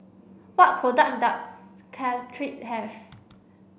what products does Caltrate have